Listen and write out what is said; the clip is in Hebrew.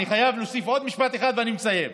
אני חייב להוסיף עוד משפט אחד ואני מסיים: